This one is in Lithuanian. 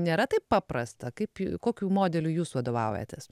nėra taip paprasta kaip kokiu modeliu jūs vadovaujatės